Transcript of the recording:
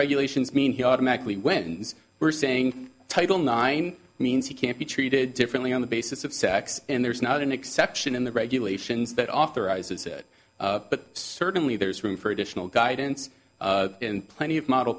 regulations mean he automatically wins we're saying title nine means you can't be treated differently on the basis of sex and there's not an exception in the regulations that authorizes it but certainly there's room for additional guidance and plenty of model